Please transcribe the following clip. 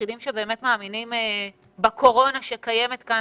היחידים שבאמת מאמינים בקורונה שקיימת כאן,